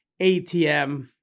ATM